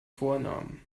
vornamen